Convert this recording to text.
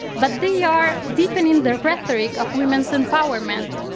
but they are deepening the rhetoric of women's empowerment.